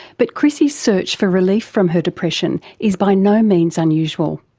but chrissie's search for relief from her depression is by no means unusual.